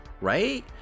right